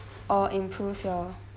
or improve your